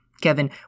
Kevin